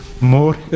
more